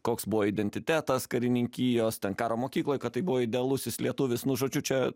koks buvo identitetas karininkijos ten karo mokykloj kad tai buvo idealusis lietuvis nu žodžiu čia